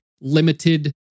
limited